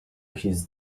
his